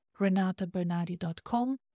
renatabernardi.com